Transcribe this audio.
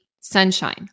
sunshine